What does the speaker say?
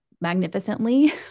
magnificently